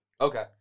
Okay